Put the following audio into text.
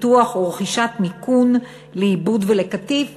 לפיתוח ולרכישת מיכון לעיבוד ולקטיף,